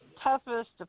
Toughest